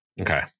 okay